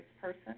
person